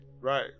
right